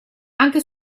anche